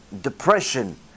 depression